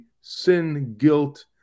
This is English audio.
sin-guilt